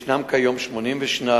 ישנם כיום 82,